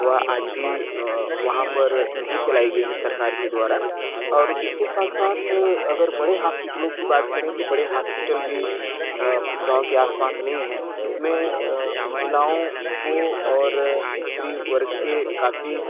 वह आज भी वहाँ पर नहीं चलाई गई है सरकार के द्वारा और इसके साथ साथ अगर बड़े हॉस्पिटलों की बात करें तो बड़े हॉस्पिटल भी उस गाँव के आसपास नहीं है जिसमें महिलाओं को और स्त्री वर्ग के काफ़ी